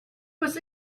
was